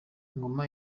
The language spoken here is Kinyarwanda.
ngoma